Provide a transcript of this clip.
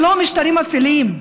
ולא משטרים אפלים,